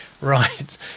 Right